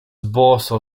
boso